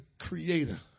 Creator